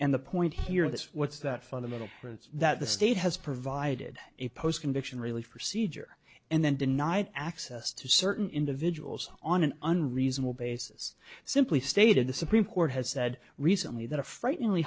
and the point here this what's that fundamental difference that the state has provided a post conviction really for siege or and then denied access to certain individuals on an unreasonable basis simply stated the supreme court has said recently that a frightening